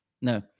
No